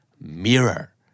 Mirror